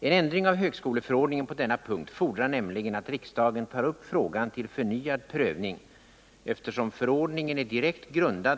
En ändring av högskoleförordningen på denna punkt fordrar nämligen att riksdagen tar upp frågan till förnyad prövning, eftersom m.m.